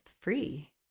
free